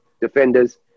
defenders